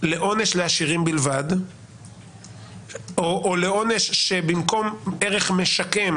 לעונש לעשירים בלבד או לעונש שבמקום ערך משקם,